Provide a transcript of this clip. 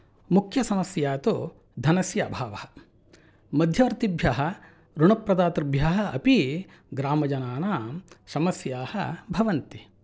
मूख्यसमस्या तु धनस्य अभावः मध्यवर्तिभ्यः ॠणप्रदातृभ्यः अपि ग्रामजनानां समस्याः भवन्ति